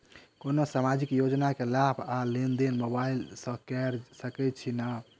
कोनो सामाजिक योजना केँ लाभ आ लेनदेन मोबाइल सँ कैर सकै छिःना?